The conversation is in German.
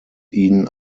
ihn